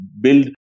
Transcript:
build